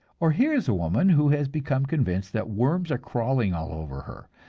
or here is a woman who has become convinced that worms are crawling all over her.